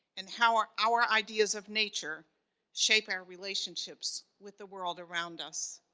and how are our ideas of nature shape our relationships with the world around us.